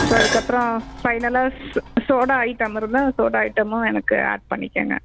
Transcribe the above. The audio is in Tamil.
ஸோ அதற்கப்றோம் ஃபைனலாக சோடா ஐட்டம் இருந்தால் சோடா ஐட்டம்மு எனக்கு ஆட் பண்ணிக்கங்க